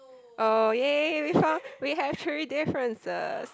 oh !yay! we found we have three differences